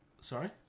Sorry